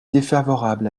défavorable